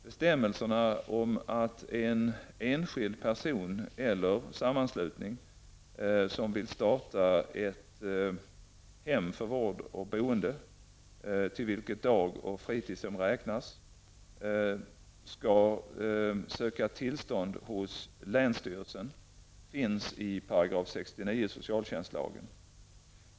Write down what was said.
Bestämmelserna om att en enskild person eller sammanslutning som vill starta ett hem för vård eller boende -- till vilket dag och fritidshem räknas -- skall söka tillstånd hos länsstyrelsen finns i 69 § socialtjänstlagen .